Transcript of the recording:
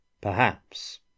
Perhaps